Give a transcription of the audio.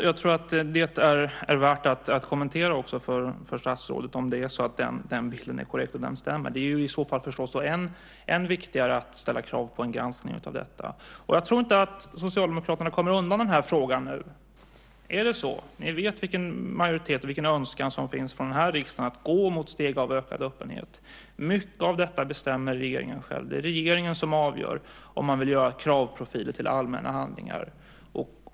Jag tror att det är värt att kommentera också för statsrådet, om det är så att den bilden stämmer. I så fall är det förstås än viktigare att ställa krav på en granskning av detta. Jag tror inte att Socialdemokraterna kommer undan den här frågan nu. Ni vet vilken majoritet och önskan det finns från den här riksdagen att gå mot steg av ökad öppenhet. Mycket av detta bestämmer regeringen själv. Det är regeringen som avgör om man vill göra kravprofiler till allmänna handlingar.